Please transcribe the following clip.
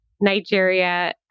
Nigeria